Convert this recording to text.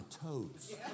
toes